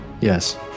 Yes